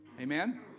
Amen